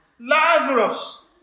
Lazarus